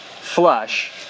flush